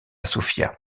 sofia